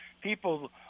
people